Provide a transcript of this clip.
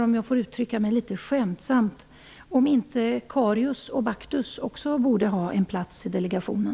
Om jag får uttrycka mig litet skämtsamt, så undrar jag om inte Karius och Baktus också borde ha en plats i delegationen.